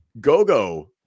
Gogo